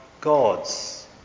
God's